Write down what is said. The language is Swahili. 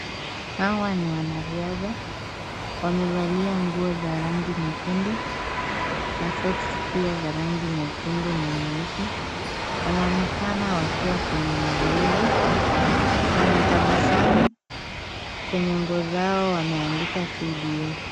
Hawa ni wanariadha. Wamevalia nguo za rangi nyekundu na socks pia za rangi nyekundu na nyeusi. Wanaonekana wakiwa kwenye mazoezi, wanatabasamu. Kwenye nguo zao wameandika KDF.